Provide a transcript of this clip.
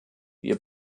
wir